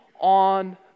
on